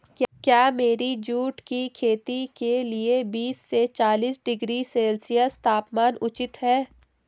क्या मेरी जूट की खेती के लिए बीस से चालीस डिग्री सेल्सियस तापमान उचित है?